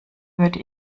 würde